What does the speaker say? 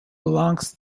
belongs